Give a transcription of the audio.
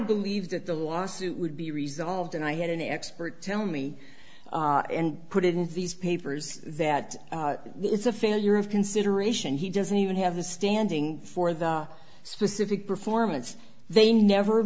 believe that the lawsuit would be resolved and i had an expert tell me and put it in these papers that it's a failure of consideration he doesn't even have the standing for the specific performance they never